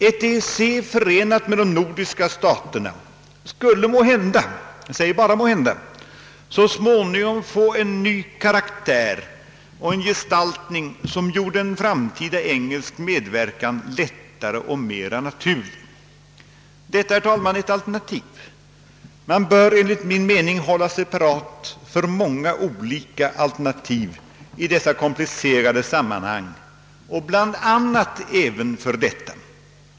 Ett EEC förenat med de nordiska staterna skulle måhända — jag säger bara måhända — så småningom få en ny karaktär och en gestaltning som gjorde en framtida engelsk medverkan lättare och mer naturlig. Detta, herr talman, är ett alternativ. Man bör enligt min mening i dessa komplicerade sammanhang hålla sig parat för många olika alternativ, bl.a. även för detta.